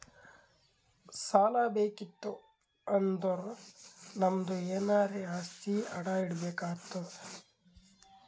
ಸಾಲಾ ಬೇಕಿತ್ತು ಅಂದುರ್ ನಮ್ದು ಎನಾರೇ ಆಸ್ತಿ ಅಡಾ ಇಡ್ಬೇಕ್ ಆತ್ತುದ್